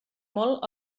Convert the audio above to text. molt